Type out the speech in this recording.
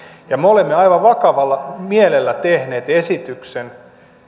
me olemme aivan vakavalla mielellä tehneet esityksen